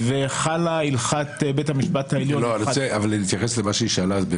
חלה הלכת בית המשפט העליון --- אני רוצה שתתייחס למה שהיא שאלה.